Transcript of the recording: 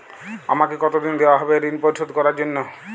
আমাকে কতদিন দেওয়া হবে ৠণ পরিশোধ করার জন্য?